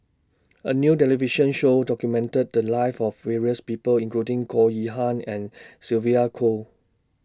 A New television Show documented The Lives of various People including Goh Yihan and Sylvia Kho